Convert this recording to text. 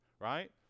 right